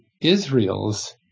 Israel's